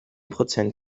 prozent